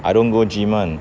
I don't go gym [one]